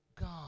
God